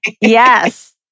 Yes